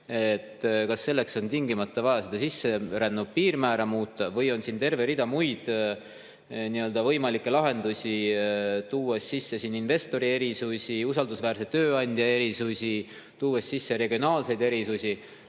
Kas selleks on tingimata vaja sisserännu piirmäära muuta või on siin terve rida muid võimalikke lahendusi, tuues sisse investori erisusi, usaldusväärse tööandja erisusi, regionaalseid erisusi,